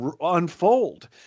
unfold